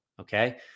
Okay